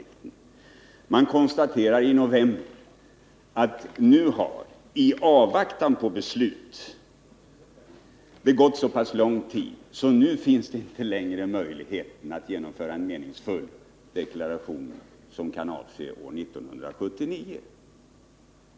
I november konstaterade naturvårds verket att det då i avvaktan på beslut hade gått så pass lång tid att det inte längre fanns möjlighet att genomföra en meningsfull deklaration avseende 1979.